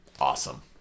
awesome